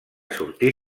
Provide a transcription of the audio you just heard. sortir